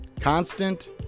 constant